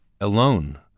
alone